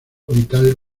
vital